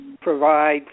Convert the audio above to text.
provide